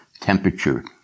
temperature